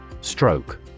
Stroke